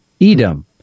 Edom